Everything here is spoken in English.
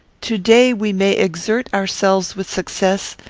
to-day we may exert ourselves with success,